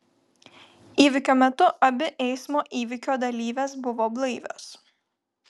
įvykio metu abi eismo įvykio dalyvės buvo blaivios